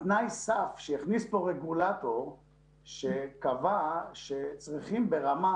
תנאי הסף שהכניס כאן רגולטור שקבע שצריכים ברמה